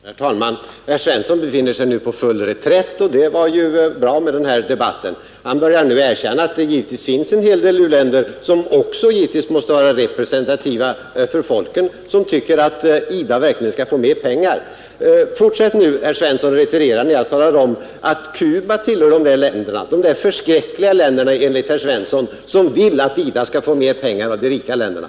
Herr talman! Herr Svensson i Malmö befinner sig nu på full reträtt, och det var ju en god sak med den här debatten. Han börjar nu erkänna att det givetvis finns en hel del u-länder, som också måste vara representativa för folken, som vill att IDA skall få mer pengar. Fortsätt nu, herr Svensson, att retirera när jag talar om att Cuba tillhör de där länderna — som herr Svensson tycker är så förskräckliga — som vill att IDA skall få mer pengar av de rika länderna.